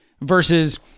Versus